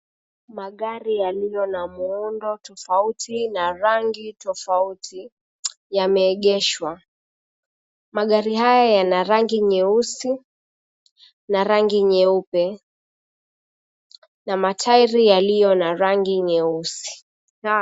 Magari aliona muundo tofauti na rangi tofauti yameegeshwa. Magari haya yana rangi nyeusi, na rangi nyeupe, na matairi yaliyo na rangi nyeusi.